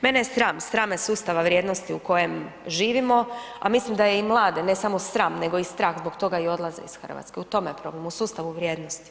Mene je sram, sram me sustava vrijednosti u kojem živimo, a mislim da je i mlade, ne samo sram, nego i strah zbog tog i odlaze iz Hrvatske, u tome je problem, u sustavu vrijednosti.